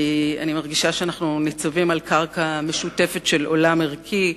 אני מרגישה שאנחנו ניצבים על קרקע משותפת של עולם ערכי.